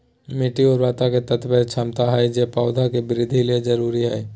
मिट्टी उर्वरता से तात्पर्य क्षमता हइ जे पौधे के वृद्धि ले जरुरी हइ